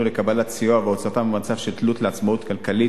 לקבלת סיוע ולהוצאתן ממצב של תלות לעצמאות כלכלית.